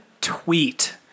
tweet